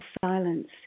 silence